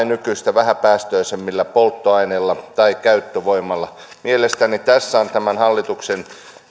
nykyistä vähäpäästöisemmillä polttoaineilla tai käyttövoimalla mielestäni tässä on tämän hallituksen